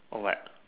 or what